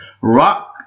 rock